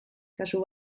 kasu